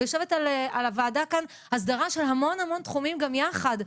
אבל יושבת על הוועדה כאן הסדרה של המון המון תחומים גם יחד.